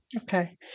Okay